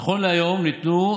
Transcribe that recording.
נכון להיום ניתנו,